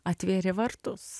atvėrė vartus